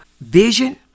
vision